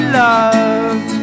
loved